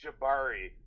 Jabari